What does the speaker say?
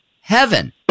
heaven